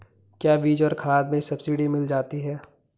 क्या बीज और खाद में सब्सिडी मिल जाती है?